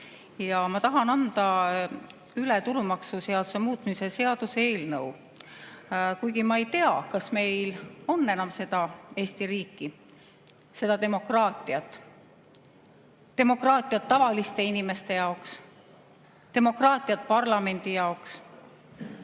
Ma tahan anda üle tulumaksuseaduse muutmise seaduse eelnõu, kuigi ma ei tea, kas meil on enam seda Eesti riiki, seda demokraatiat, demokraatiat tavaliste inimeste jaoks, demokraatiat parlamendi jaoks.